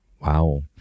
Wow